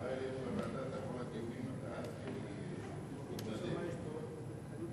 ההצעה להעביר את הצעת חוק בתי-המשפט (תיקון